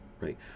right